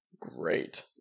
Great